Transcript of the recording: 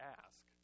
ask